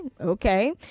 Okay